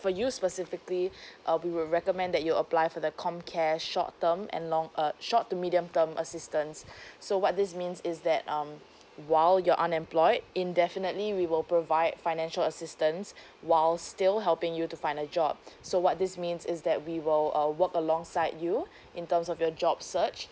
for you specifically uh we will recommend that you apply for the com care short term and long uh short to medium term assistance so what this means is that um while you're unemployed indefinitely we will provide financial assistance while still helping you to find a job so what this means is that we will uh work alongside you in terms of your job search